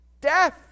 Death